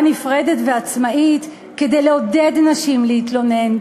נפרדת ועצמאית כדי לעודד נשים להתלונן,